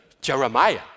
Jeremiah